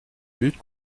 lutte